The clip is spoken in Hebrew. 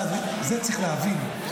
את זה צריך להבין,